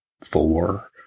four